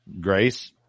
Grace